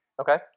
Okay